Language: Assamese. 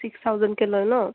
চিক্স থাউজেণ্ডকৈ লয় ন